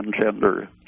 gender